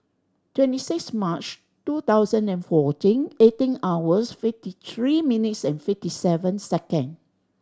twenty six March two thousand and fourteen eighteen hours fifty three minutes and fifty seven second